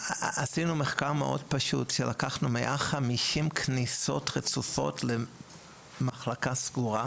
עשינו מחקר מאוד פשוט לקחנו 150 כניסות רצופות למחלקה סגורה,